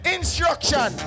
Instruction